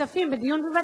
כמה פעמים ברחת